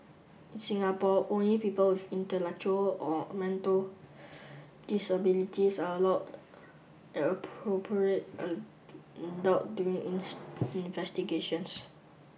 in Singapore only people with intellectual or mental disabilities are allowed an appropriate adult during investigations